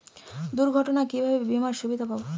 দুর্ঘটনায় কিভাবে বিমার সুবিধা পাব?